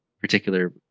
particular